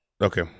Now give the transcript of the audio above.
okay